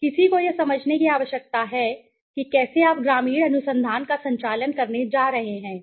किसी को यह समझने की आवश्यकता है कि कैसे आप ग्रामीण अनुसंधान का संचालन करने जा रहे हैं